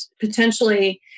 potentially